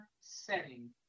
setting